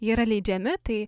jie yra leidžiami tai